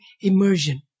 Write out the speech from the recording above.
immersion